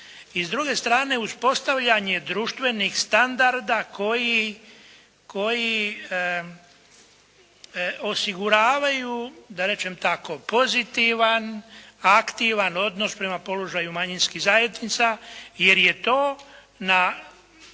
i s druge strane uspostavljanje društvenih standarda koji osiguravaju da rečem tako, pozitivan, aktivan odnos prema položaju manjinskih zajednica jer je to isto